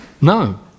No